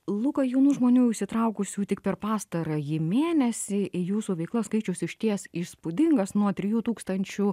luka jaunų žmonių įsitraukusių tik per pastarąjį mėnesį į jūsų veiklas skaičius išties įspūdingas nuo trijų tūkstančių